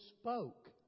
spoke